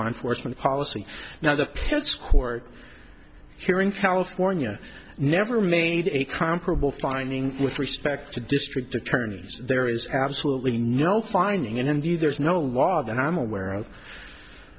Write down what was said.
law enforcement policy now the pits court here in california never made a comparable finding with respect to district attorneys there is absolutely no finding and in view there is no law that i'm aware of